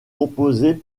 composée